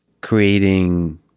creating